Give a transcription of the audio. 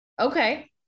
Okay